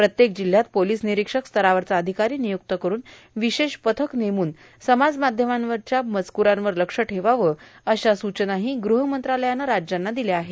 प्रत्येक जिल्ह्यात पोर्लस निरोक्षक स्तरावरचा अधिकारी र्णनयुक्त करुन र्विशेष पथक नेमून समाज माध्यमांवरचे मजक्रावर लक्ष ठेवावं अशा सूचनाही गृहमंत्रालयानं राज्यांना दिल्या आहेत